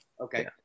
Okay